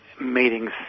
meetings